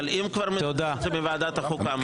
אבל אם כבר מוציאים את זה מוועדת החוקה,